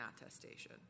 attestation